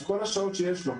את כל השעות שיש לו.